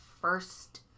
first